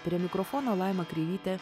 prie mikrofono laima kreivytė